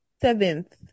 seventh